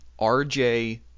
RJ